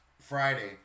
Friday